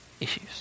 issues